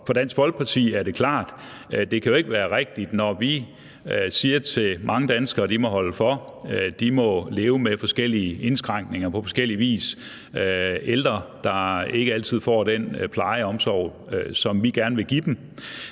For Dansk Folkeparti er det klart, at det jo ikke kan være rigtigt, at når vi siger til mange danskere, at de må holde for, at de må leve med forskellige indskrænkninger på forskellig vis – ældre, der ikke altid får den pleje og omsorg, som vi gerne vil give dem